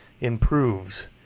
improves